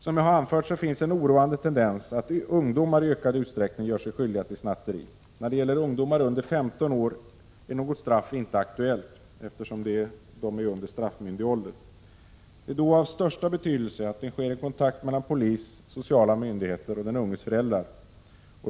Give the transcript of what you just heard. Som jag anfört finns en oroande tendens att ungdomar i ökad utsträckning gör sig skyldiga till snatteri. När det gäller ungdomar under 15 år är något straff inte aktuellt, eftersom de är under straffmyndig ålder. Det är då av största betydelse att det sker en kontakt mellan polis, sociala myndigheter och den unges föräldrar.